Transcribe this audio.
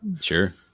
Sure